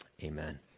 amen